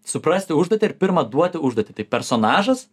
suprasti užduotį ir pirma duoti užduotį tai personažas